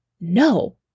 no